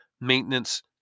maintenance